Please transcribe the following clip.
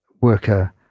worker